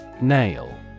Nail